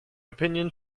opinion